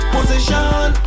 Position